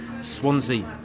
Swansea